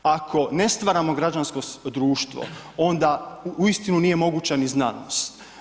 Ako ne stvaramo građansko društvo, onda uistinu nije moguća ni znanost.